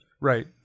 Right